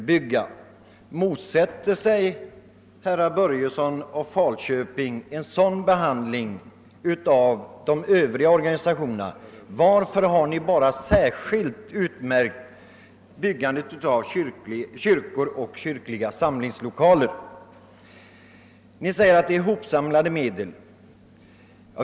Motsätter sig herrar Börjesson och Strömberg en sådan behandling av de övriga organisationerna? Varför har ni bara särskilt framhållit byggandet av kyrkor och kyrkliga samlingslokaler? Ni säger att det är fråga om hopsamlade medel.